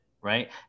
Right